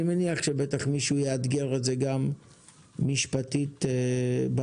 אני מניח שבטח מישהו יאתגר את זה גם משפטית בהמשך.